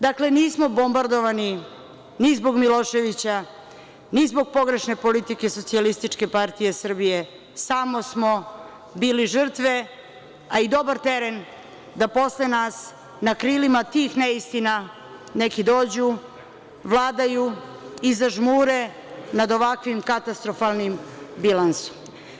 Dakle, nismo bombardovani ni zbog Miloševića, ni zbog pogrešne politike SPS, samo smo bili žrtve, a i dobar teren da posle nas na krilima tih neistina neki dođu, vladaju i zažmure nad ovakvim katastrofalnim bilansom.